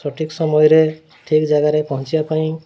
ସଠିକ୍ ସମୟରେ ଠିକ୍ ଜାଗାରେ ପହଞ୍ଚିବା ପାଇଁ